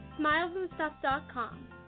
Smilesandstuff.com